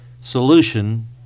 solution